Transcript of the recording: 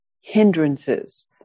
hindrances